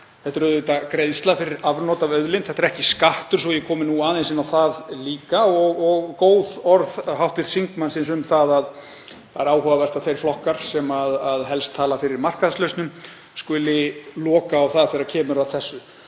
Þetta er auðvitað greiðsla fyrir afnot af auðlind, þetta er ekki skattur, svo ég komi aðeins inn á það líka, og góð orð hv. þingmannsins um að það er áhugavert að þeir flokkar sem helst tala fyrir markaðslausnum skuli loka á það þegar kemur að þessu.